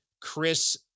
Chris